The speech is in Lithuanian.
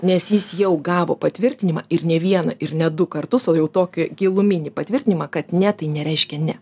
nes jis jau gavo patvirtinimą ir ne vieną ir ne du kartus o jau tokį giluminį patvirtinimą kad ne tai nereiškia ne